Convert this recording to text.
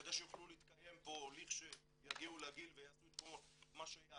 כדי שיוכלו להתקיים פה לכשיגיעו לגיל ויעשו את מה שיעשו,